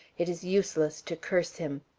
it is useless to curse him.